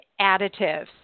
additives